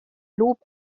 lob